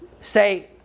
Say